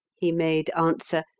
he made answer,